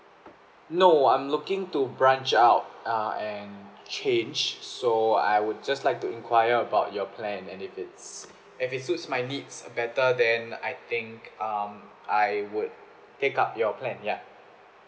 no I'm looking to branch out uh and change so I would just like to enquire about your plan and if it's if it suits my needs better then I think um I would take up your plan ya